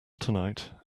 tonight